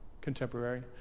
contemporary